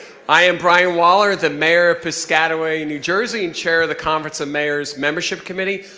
i am brian wahler, the mayor of piscataway, new jersey and chair of the conference of mayors membership committee.